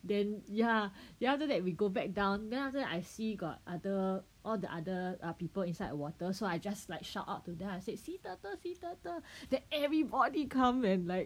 then ya then after that we go back down then after that I see got other all the other err people inside water so I just like shout out to them I said sea turtle sea turtle then everybody come and like